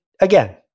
again